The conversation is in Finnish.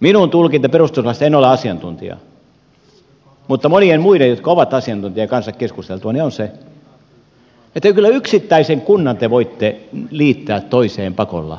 minun tulkintani perustuslaista en ole asiantuntija mutta monien muiden jotka ovat asiantuntijoita kanssa keskusteltuani on se että kyllä yksittäisen kunnan te voitte liittää toiseen pakolla